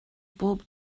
bob